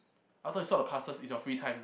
after you sort the passes it's your free time